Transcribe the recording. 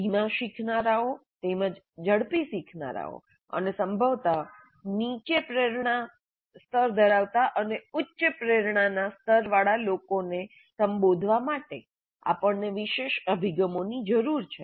ધીમા શીખનારાઓ તેમજ ઝડપી શીખનારાઓ અને સંભવત નીચી પ્રેરણા સ્તરવાળા અને ઉચ્ચ પ્રેરણાના સ્તરવાળા લોકોને સંબોધવા માટે આપણને વિશેષ અભિગમોની જરૂર છે